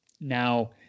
Now